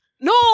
No